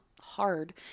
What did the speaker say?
hard